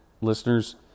listeners